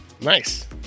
Nice